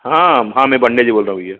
हाँ हाँ हाँ मैं पांडे जी बोल रहा हूँ भैया